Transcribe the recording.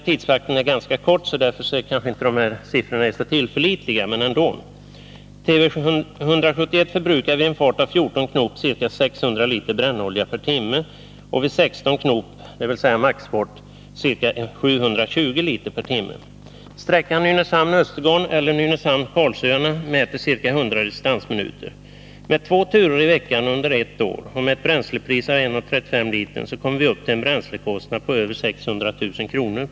Tidsfaktorn är ganska liten, och därför kanske siffrorna inte är helt tillförlitliga — jag vill ändå nämna dem. Tv 171 förbrukar vid en fart av 14 knop ca 600 liter brännolja per timme och vid 16 knop, dvs. maxfart, ca 720 liter per timme. Sträckan Nynäshamn-Östergarn eller Nynäshamn-Karlsöarna mäter ca 100 distansminuter. Med två turer i veckan under ett år och med ett bränslepris på 1:35 kr. per liter kommer vi upp till en bränslekostnad på över 600 000 kr.